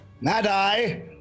Madai